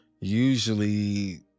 usually